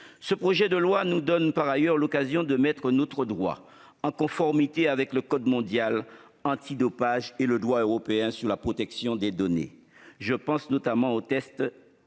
Ce projet de loi nous donne par ailleurs l'occasion de mettre notre droit en conformité avec le code mondial antidopage et le droit européen sur la protection des données. Je pense notamment aux tests